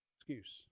Excuse